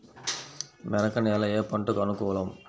మెరక నేల ఏ పంటకు అనుకూలం?